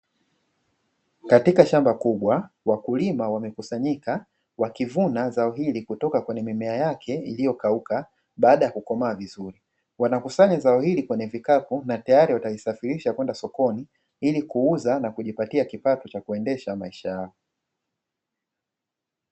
Katika shamba kubwa wakulima wamekusanyika wakivuna zao hili kutoka kwenye mimea yake, iliyokauka baada ya kukomaa vizuri. Wanakusanya zao hili kwenye vikapu na tayari watavisafirisha kwenda sokoni, ili kuuza na kujipatia kipato cha kuendesha maisha yao.